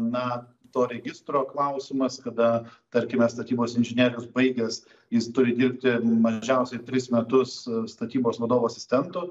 na to registro klausimas kada tarkime statybos inžinierius baigęs jis turi dirbti mažiausiai tris metus statybos vadovo asistentu